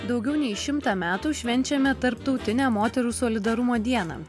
daugiau nei šimtą metų švenčiame tarptautinę moterų solidarumo dieną